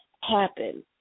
happen